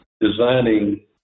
designing